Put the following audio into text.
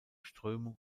strömung